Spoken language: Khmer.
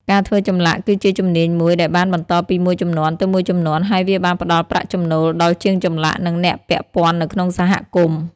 ការធ្វើចម្លាក់គឺជាជំនាញមួយដែលបានបន្តពីមួយជំនាន់ទៅមួយជំនាន់ ហើយវាបានផ្តល់ប្រាក់ចំណូលដល់ជាងចម្លាក់ និងអ្នកពាក់ព័ន្ធនៅក្នុងសហគមន៍។